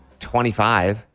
25